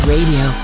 Radio